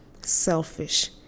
selfish